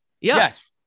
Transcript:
Yes